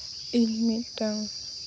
ᱤᱧ ᱢᱤᱫᱴᱟᱝ